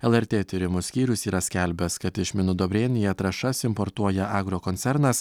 lrt tyrimų skyrius yra skelbęs kad iš minudobrėnija trąšas importuoja agrokoncernas